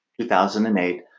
2008